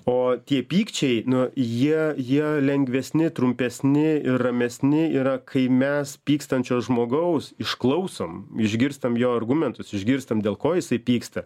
o tie pykčiai nu jie jie lengvesni trumpesni ir ramesni yra kai mes pykstančio žmogaus išklausom išgirstam jo argumentus išgirstam dėl ko jisai pyksta